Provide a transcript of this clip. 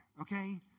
okay